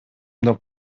деп